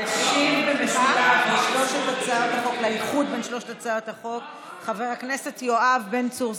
ישיב במשולב על האיחוד בין שלוש הצעות החוק חבר הכנסת יואב בן צור,